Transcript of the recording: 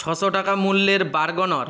ছশো টাকা মূল্যের বার্গনার